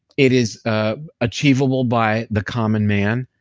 it is ah achievable by the common man,